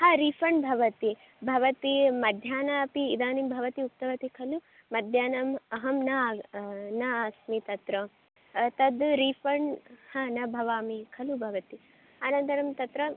ह रिफ़ण्ड् भवति भवती मध्याह्ने अपि इदानीं भवती उक्तवती खलु मध्याह्ने अहं न आग नास्मि तत्र तद् रिफ़ण्ड् हा न भवामि खलु भवती अनन्तरं तत्र